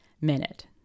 minute